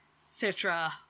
Citra